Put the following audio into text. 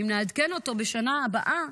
אם נעדכן אותו בשנה הבאה,